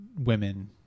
women